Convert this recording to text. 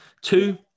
two